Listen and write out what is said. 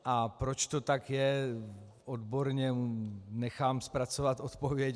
A proč to tak je, odborně nechám zpracovat odpověď.